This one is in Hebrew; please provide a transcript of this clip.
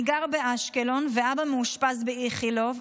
אני גר באשקלון ואבא מאושפז באיכילוב,